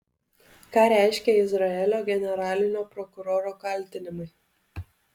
ką reiškia izraelio generalinio prokuroro kaltinimai